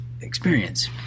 experience